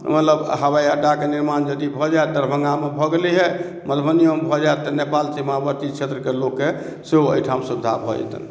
मतलब हवाइअड्डाके निर्माण जदि भऽ जाएत दरभङ्गामे भऽ गेलै हँ मधुबनिओमे भऽ जाएत तऽ नेपाल सीमावर्ती क्षेत्रके लोकके सेहो एहिठाम सुविधा भऽ जेतनि